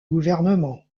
gouvernement